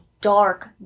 dark